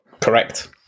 Correct